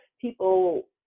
people